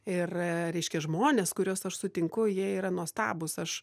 ir reiškia žmonės kuriuos aš sutinku jie yra nuostabūs aš